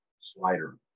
slider